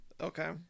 Okay